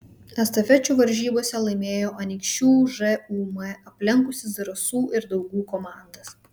estafečių varžybose laimėjo anykščių žūm aplenkusi zarasų ir daugų komandas